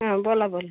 हं बोला बोला